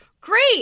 great